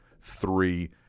three